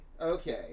okay